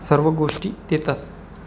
सर्व गोष्टी देतात